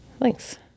Thanks